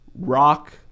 rock